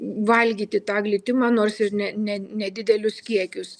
valgyti tą glitimą nors ir ne ne nedidelius kiekius